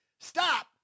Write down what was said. Stop